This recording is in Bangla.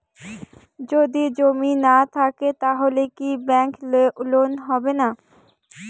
যদি জমি না থাকে তাহলে কি ব্যাংক লোন হবে না?